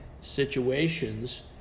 situations